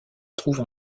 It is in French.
trouve